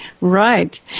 Right